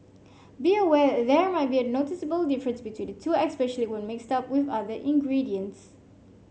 be aware there might be a noticeable difference between the two especially when mixed up with other ingredients